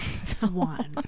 swan